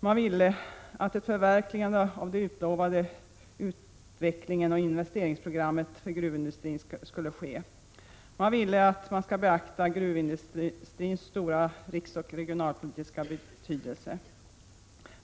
De ville att ett förverkligande av det utlovade utvecklingsoch investeringsprogrammet för gruvindustrin skulle ske. De ville att man skulle beakta gruvindustrins stora riksoch regionalpolitiska betydelse.